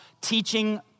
teaching